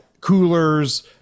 coolers